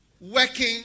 Working